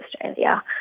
Australia